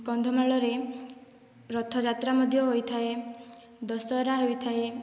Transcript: କନ୍ଧମାଳରେ ରଥଯାତ୍ରା ମଧ୍ୟ ହୋଇଥାଏ ଦଶହରା ହୋଇଥାଏ